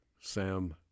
Sam